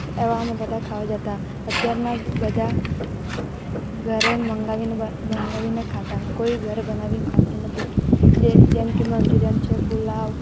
એવામાં બધા ખાવા જતાં અત્યારના બધા ઘરે મંગાવીને બંગાવીને ખાતા કોઈ ઘરે બનાવીને ખાતું નથી જેમકે મન્ચુરિયન છે પુલાવ